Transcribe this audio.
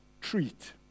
treat